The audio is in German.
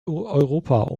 europa